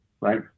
right